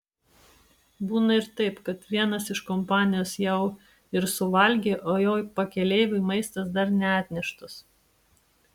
būna ir taip kad vienas iš kompanijos jau ir suvalgė o jo pakeleiviui maistas dar neatneštas